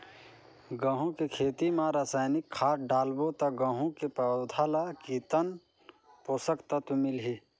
गंहू के खेती मां रसायनिक खाद डालबो ता गंहू के पौधा ला कितन पोषक तत्व मिलही?